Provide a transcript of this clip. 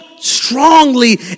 strongly